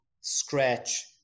scratch